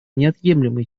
неотъемлемой